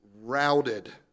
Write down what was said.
routed